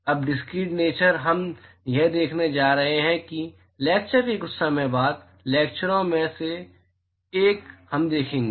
अब discrete nature हम यह देखने जा रहे हैं कि लैक्चर के कुछ समय बाद लैक्चरो में से एक हम देखेंगे